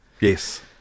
Yes